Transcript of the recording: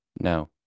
no